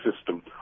system